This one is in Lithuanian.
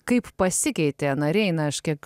kaip pasikeitė nariai na aš kiek